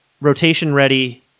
rotation-ready